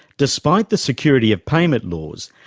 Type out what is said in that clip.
despite the security of payment laws,